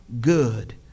good